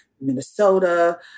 Minnesota